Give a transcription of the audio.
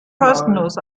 kostenlos